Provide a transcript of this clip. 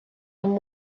and